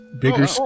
bigger